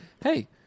Hey